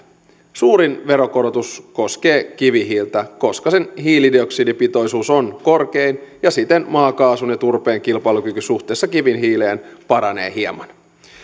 suurin veronkorotus koskee kivihiiltä koska sen hiilidioksidipitoisuus on korkein ja siten maakaasun ja turpeen kilpailukyky suhteessa kivihiileen paranee hieman